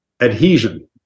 adhesion